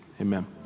amen